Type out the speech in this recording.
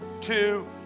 two